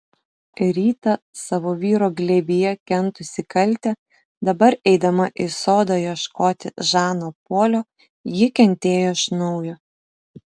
rytą savo vyro glėbyje kentusi kaltę dabar eidama į sodą ieškoti žano polio ji kentėjo iš naujo